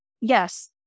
Yes